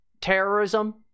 terrorism